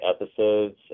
episodes